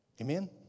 Amen